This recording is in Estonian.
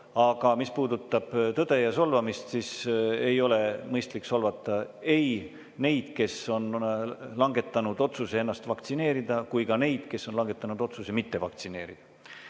Aga mis puudutab tõde ja solvamist, siis ei ole mõistlik solvata ei neid, kes on langetanud otsuse lasta ennast vaktsineerida, ega ka neid, kes on langetanud otsuse mitte lasta end